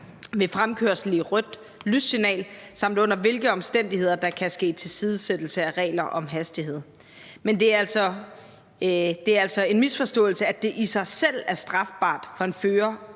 ved fremkørsel i rødt lyssignal, samt under hvilke omstændigheder der kan ske tilsidesættelse af regler om hastighed. Men det er altså en misforståelse, at det i sig selv er strafbart for en fører